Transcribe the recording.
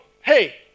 Hey